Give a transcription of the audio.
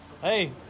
Hey